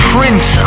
Prince